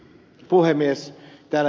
täällä ed